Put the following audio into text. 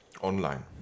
online